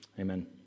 Amen